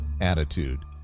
attitude